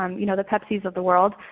um you know the pepsi's of the world,